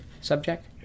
subject